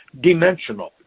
Dimensional